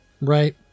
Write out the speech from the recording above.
Right